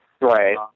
Right